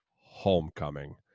homecoming